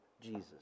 Jesus